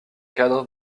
cadre